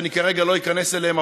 שאני כרגע לא איכנס אליהם,